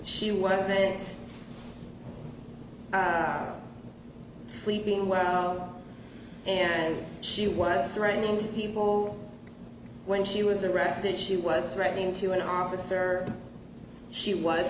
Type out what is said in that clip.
she wasn't sleeping well and she was threatening to people when she was arrested she was writing to an officer she was